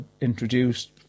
introduced